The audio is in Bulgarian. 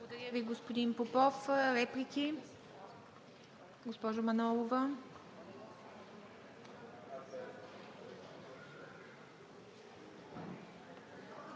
Благодаря Ви, господин Попов. Реплика? Госпожо Манолова.